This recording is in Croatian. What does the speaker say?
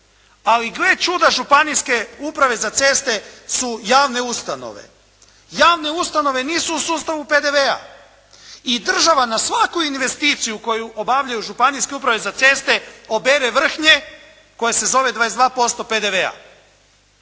ali gle čuda, županijske uprave za ceste su javne ustanove. Javne ustanove nisu u sustavu PDV-a i država na svaku investiciju koju obavljaju županijske uprave za ceste obere vrhnje koje se zove 22% PDV-a.